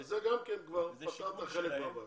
בזה פתרת חלק מהבעיה.